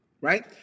Right